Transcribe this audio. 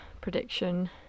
prediction